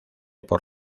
por